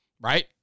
right